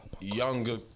younger